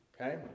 okay